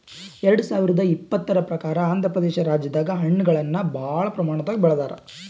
ಎರಡ ಸಾವಿರದ್ ಇಪ್ಪತರ್ ಪ್ರಕಾರ್ ಆಂಧ್ರಪ್ರದೇಶ ರಾಜ್ಯದಾಗ್ ಹಣ್ಣಗಳನ್ನ್ ಭಾಳ್ ಪ್ರಮಾಣದಾಗ್ ಬೆಳದಾರ್